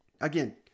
again